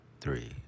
three